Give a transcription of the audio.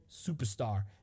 superstar